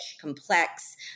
complex